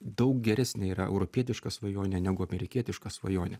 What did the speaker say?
daug geresnė yra europietiška svajonė negu amerikietiška svajonė